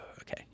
okay